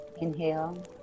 Inhale